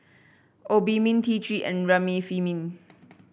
Obimin T Three and Remifemin